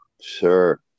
sure